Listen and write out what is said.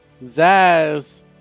Zaz